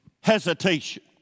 hesitation